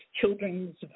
children's